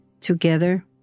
together